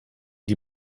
die